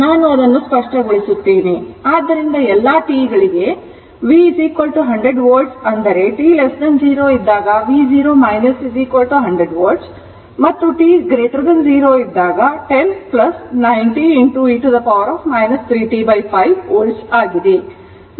ಆದ್ದರಿಂದ ಎಲ್ಲಾt ಗಳಿಗೆ v 100 volt ಅಂದರೆ t 0 ಇದ್ದಾಗ v0 100 volt ಮತ್ತು t 0 ಇದ್ದಾಗ 10 90 e t 3 t5 volt ಆಗಿದೆ